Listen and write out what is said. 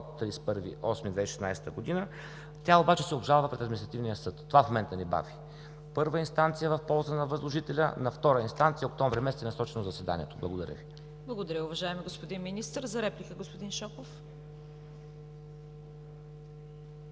от 31 август 2016 г. Тя обаче се обжалва пред Административния съд. Това в момента ни бави. Първа инстанция в полза на възложителя, на втора инстанция – октомври месец е насрочено заседанието. Благодаря Ви. ПРЕДСЕДАТЕЛ ЦВЕТА КАРАЯНЧЕВА: Благодаря, уважаеми господин Министър. За реплика, господин Шопов?